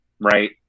Right